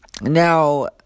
Now